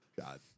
God